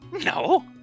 No